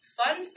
fun